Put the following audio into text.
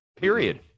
period